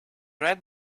read